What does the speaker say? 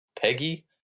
Peggy